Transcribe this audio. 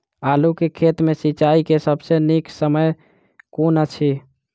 आलु केँ खेत मे सिंचाई केँ सबसँ नीक समय कुन अछि?